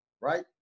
right